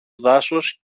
δάσος